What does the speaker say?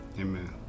amen